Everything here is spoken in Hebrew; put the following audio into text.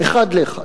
אחד לאחד.